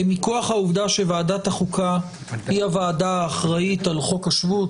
מכוח העובדה שוועדת החוקה היא הוועדה האחראית על חוק השבות,